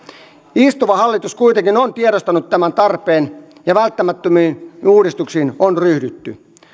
istuva hallitus kuitenkin on tiedostanut tämän tarpeen ja välttämättömiin uudistuksiin on ryhdytty